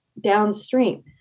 downstream